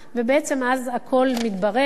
ובעצם אז הכול מתברר,